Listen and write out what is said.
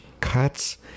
cuts